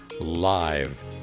live